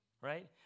right